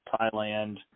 Thailand